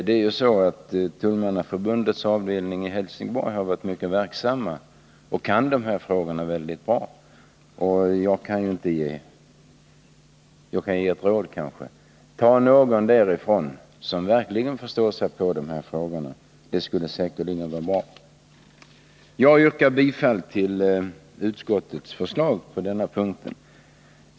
Det är ju så att Tullmannaförbundets avdelning i Helsingborg har varit mycket verksam och kan dessa frågor väldigt bra. Det råd jag vill ge är därför: Ta någon därifrån, som verkligen förstår sig på dessa frågor! Det skulle säkerligen vara bra. Jag yrkar bifall till utskottets förslag med anledning av motionen.